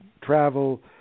travel